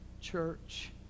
church